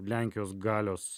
lenkijos galios